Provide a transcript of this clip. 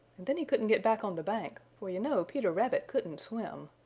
and then he couldn't get back on the bank, for you know peter rabbit couldn't swim.